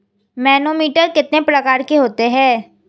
Manometer कितने प्रकार के होते हैं?